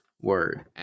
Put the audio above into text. Word